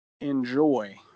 enjoy